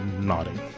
nodding